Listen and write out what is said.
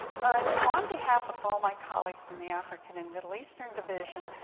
but on behalf of all my colleagues in the african and middle eastern division,